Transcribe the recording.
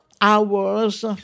Hours